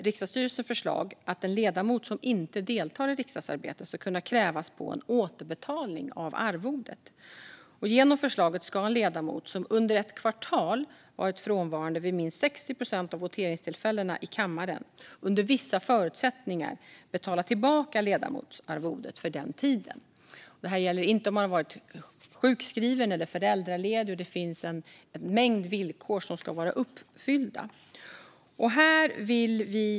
Riksdagsstyrelsens förslag innebär att en ledamot som inte deltar i riksdagsarbetet ska kunna krävas på återbetalning av arvodet. Genom förslaget ska en ledamot som under ett kvartal har varit frånvarande vid minst 60 procent av voteringstillfällena i kammaren under vissa förutsättningar betala tillbaka ledamotsarvodet för den tiden. Detta gäller inte om man har varit sjukskriven eller föräldraledig, och det finns en mängd villkor som ska vara uppfyllda.